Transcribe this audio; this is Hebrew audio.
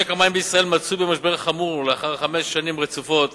משק המים בישראל מצוי במשבר חמור לאחר חמש שנים רצופות